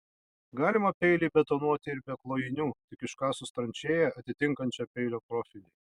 galima peilį betonuoti ir be klojinių tik iškasus tranšėją atitinkančią peilio profilį